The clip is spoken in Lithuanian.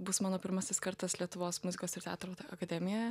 bus mano pirmasis kartas lietuvos muzikos ir teatro akademijoje